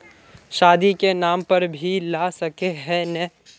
शादी के नाम पर भी ला सके है नय?